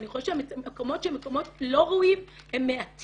אני חושבת שהמקומות שהם מקומות לא ראויים הם מעטים